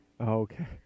Okay